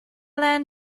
learn